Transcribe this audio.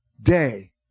day